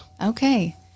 Okay